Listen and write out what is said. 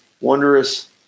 wondrous